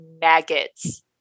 maggots